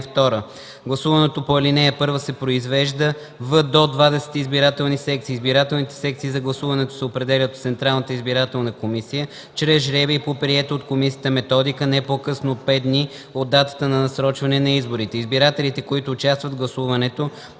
(2) Гласуването по ал. 1 се произвежда в до 20 избирателни секции. Избирателните секции за гласуването се определят от Централната избирателна комисия чрез жребий по приета от комисията методика не по-късно от 5 дни от датата на насрочване на изборите. Избирателите, които участват в гласуването,